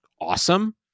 awesome